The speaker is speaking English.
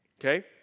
Okay